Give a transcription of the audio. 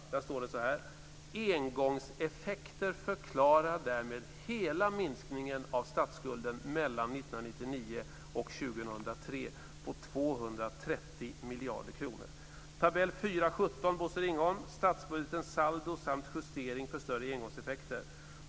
Där står det så här: "Engångseffekter förklarar därmed hela minskningen av statsskulden mellan 1999 och 2003 på 230 miljarder kronor." "Statsbudgetens saldo samt justering för större engångseffekter".